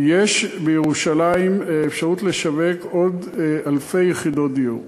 יש אפשרות בירושלים לשווק עוד אלפי יחידות דיור.